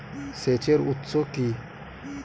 সেচের উৎস কি?